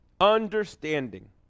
understanding